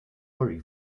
worry